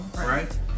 Right